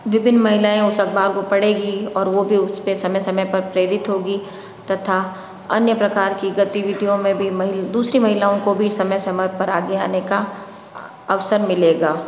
विभिन्न महिलाएँ उस अखबार को पढ़ेंगी और वो भी उस पर समय समय पर प्रेरित होगी तथा अन्य प्रकार की गतिविधियों में भी दूसरी महिलाओं को भी समय समय पर आगे आने का अवसर मिलेगा